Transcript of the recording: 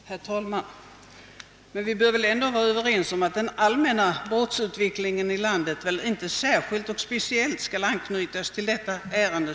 Herr talman! Vi bör väl ändå vara överens om att den allmänna brottsutvecklingen i landet inte skall anknytas till just detta ärende.